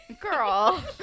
girl